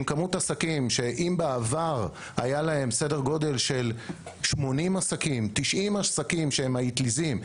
עם כמות עסקים שהייתה בעבר 80 או 90 עסקים שהם האטליזים,